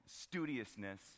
studiousness